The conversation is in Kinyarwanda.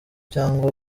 cyangwa